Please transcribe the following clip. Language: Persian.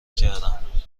کردم